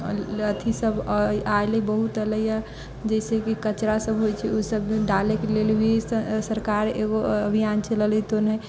अथिसभ आलय बहुत एलैए जैसेकि कचरासभ होइत छै ऊसभ भी डालैके लेल भी सरकार एगो अभियान चलैलथुन हेँ